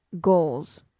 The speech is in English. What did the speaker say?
goals